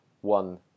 one